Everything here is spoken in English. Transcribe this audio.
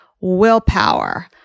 willpower